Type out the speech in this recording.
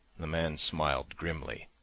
the man smiled grimly,